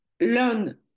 learn